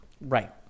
Right